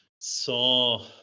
saw